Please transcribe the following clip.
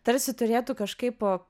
tarsi turėtų kažkaip po